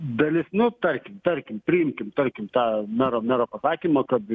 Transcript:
dalis nu tarkim tarkim priimkim tarkim tą mero mero pasakymą kad